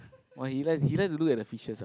[wah] he like he like to look at the fishes ah